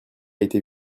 été